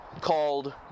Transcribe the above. called